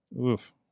oof